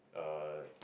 uh